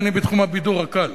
אדוני, בתחום הבידור הקל.